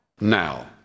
Now